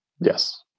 Yes